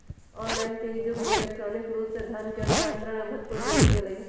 online के इ जुग में इलेक्ट्रॉनिक रूप से धन के स्थानान्तरण में अभूतपूर्व वृद्धि भेल हइ